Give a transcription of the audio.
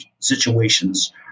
situations